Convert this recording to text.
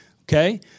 okay